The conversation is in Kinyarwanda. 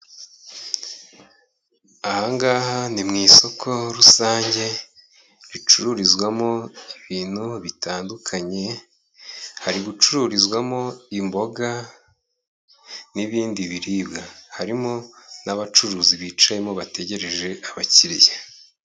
Aha ngaha ni mu isoko rusange ricururizwamo ibintu bitandukanye, hari gucururizwamo imboga n'ibindi biribwa, harimo n'abacuruzi bicayemo bategereje abakiriya.